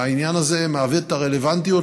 והעניין הזה מעביר את הרלוונטיות,